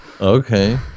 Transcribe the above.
Okay